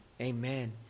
Amen